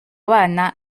abana